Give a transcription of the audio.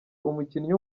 umukinnyi